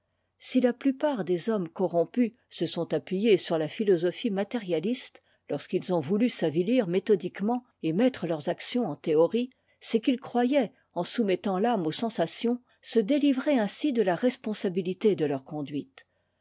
si la plupart des hommes corrompus se sont appuyés sur la philosophie matérialiste lorsqu'ils ont voulu s'avitir méthodiquement et mettre teurs actions'en théorie c'est qu'ils croyaient en soumettant l'âme aux sensations se délivrer ainsi de la responsabilité de leur conduite